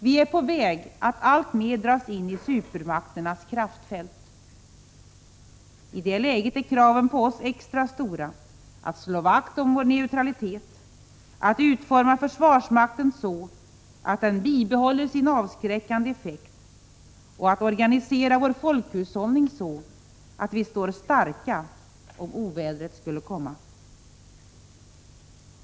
Vi är på väg att alltmer dras in i supermakternas kraftfält. I det läget är kraven på oss extra stora när det gäller att slå vakt om vår neutralitet, att utforma försvarsmakten så att den bibehåller sin avskräckande effekt och att organisera vår folkhushållning så att vi står starka om oväder skulle komma.